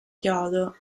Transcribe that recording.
chiodo